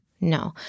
No